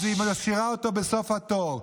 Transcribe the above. אז היא משאירה אותו בסוף התור.